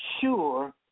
sure